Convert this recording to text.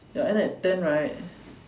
ya end at ten right